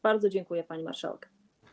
Bardzo dziękuję, pani marszałek.